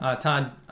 Todd